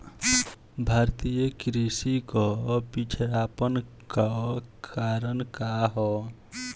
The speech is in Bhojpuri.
भारतीय कृषि क पिछड़ापन क कारण का ह?